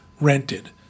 rented